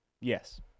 Yes